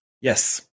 Yes